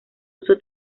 uso